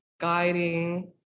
guiding